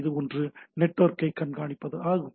இது ஒன்று நெட்வொர்க்கை கண்காணிப்பதாகும்